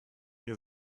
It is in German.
ihr